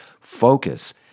focus